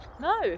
no